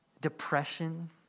depression